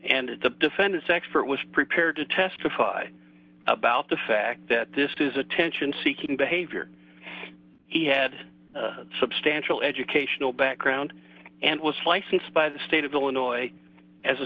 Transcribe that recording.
the defense expert was prepared to testify about the fact that this is attention seeking behavior he had substantial educational background and was licensed by the state of illinois as a